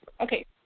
Okay